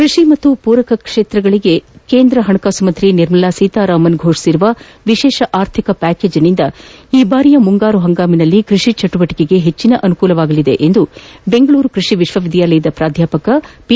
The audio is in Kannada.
ಕೃಷಿ ಹಾಗೂ ಪೂರಕ ಕ್ಷೇತ್ರಗಳಿಗೆ ಕೇಂದ್ರ ಹಣಕಾಸು ಸಚಿವೆ ನಿರ್ಮಲಾ ಸೀತಾರಾಮನ್ ಘೋಷಿಸಿರುವ ವಿಶೇಷ ಅರ್ಥಿಕ ಪ್ಯಾಕೇಜ್ನಿಂದ ಈ ಬಾರಿಯ ಮುಂಗಾರು ಹಂಗಾಮಿನಲ್ಲಿ ಕೃಷಿ ಚಟುವಟಿಕೆಗೆ ಹೆಚ್ಚಿನ ಅನುಕೂಲವಾಗಲಿದೆ ಎಂದು ಬೆಂಗಳೂರು ಕೃಷಿ ವಿಶ್ವ ವಿದ್ಯಾಲಯದ ಪ್ರಾಧ್ಯಪಕ ಪಿ